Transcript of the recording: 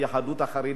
היהדות החרדית,